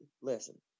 listen